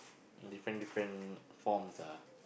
different different forms ah